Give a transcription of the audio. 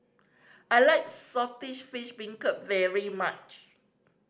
I like Saltish Beancurd very much